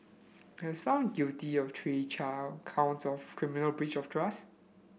he was found guilty of three counts of criminal breach of trust